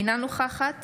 אינה נוכחת